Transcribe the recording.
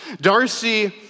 Darcy